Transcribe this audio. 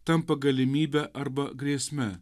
tampa galimybe arba grėsme